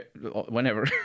Whenever